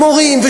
ומורים,